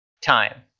time